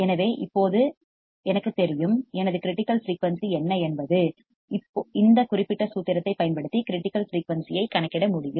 எனவே இப்போது எனக்குத் தெரியும் எனது கிரிட்டிக்கல் ஃபிரீயூன்சி என்ன என்பது இந்த குறிப்பிட்ட சூத்திரத்தைப் பயன்படுத்தி கிரிட்டிக்கல் ஃபிரீயூன்சி ஐக் கணக்கிட முடியும்